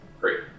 Great